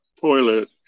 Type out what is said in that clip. toilet